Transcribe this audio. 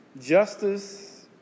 Justice